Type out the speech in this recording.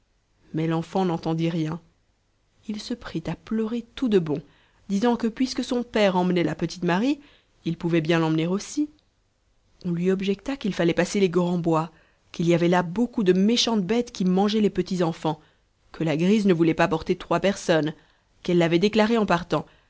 mais l'enfant n'entendit rien il se prit à pleurer tout de bon disant que puisque son père emmenait la petite marie il pouvait bien l'emmener aussi on lui objecta qu'il fallait passer les grands bois qu'il y avait là beaucoup de méchantes bêtes qui mangeaient les petits enfants que la grise ne voulait pas porter trois personnes qu'elle l'avait déclaré en partant